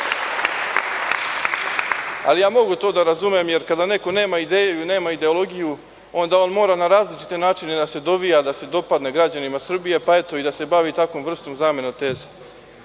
87. Mogu to da razumem jer kada neko nema ideju ili nema ideologiju onda on mora na različite načine da se dovija i da se dopadne građanima Srbije, pa i da se bavi takvom vrstom zamene teza. Da